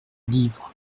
livres